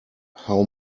how